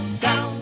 down